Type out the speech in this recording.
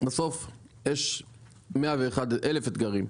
בסוף יש 101,000 אתגרים,